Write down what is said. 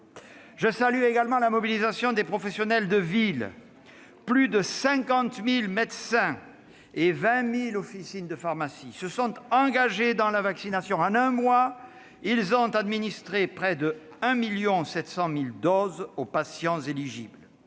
Je salue également la mobilisation des professionnels de ville : plus de 50 000 médecins et 20 000 officines de pharmacie se sont engagés dans la vaccination. En un mois, ils ont administré près de 1,7 million de doses aux patients éligibles.